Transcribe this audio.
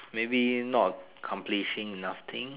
maybe not accomplishing enough thing